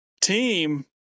team